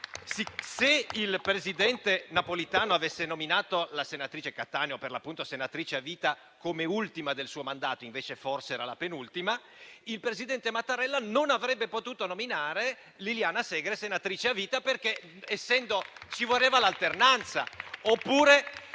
se il presidente Napolitano avesse nominato la senatrice Cattaneo senatrice a vita come ultima del suo mandato, invece forse era la penultima, il presidente Mattarella non avrebbe potuto nominare Liliana Segre senatrice a vita per ragioni di alternanza,